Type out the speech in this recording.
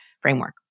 framework